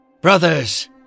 Brothers